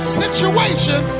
situation